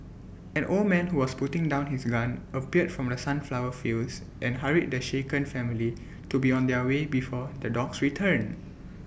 an old man who was putting down his gun appeared from the sunflower fields and hurried the shaken family to be on their way before the dogs return